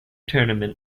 tournament